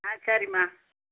ஆ சரிம்மா